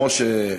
משה,